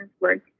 work